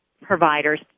providers